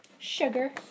Sugar